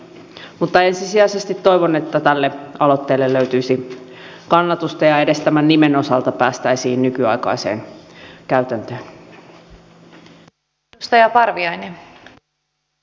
mutta ensisijaisesti toivon että tälle aloitteelle löytyisi kannatusta ja edes tämän nimen osalta päästäisiin nykyaikaiseen käytäntöön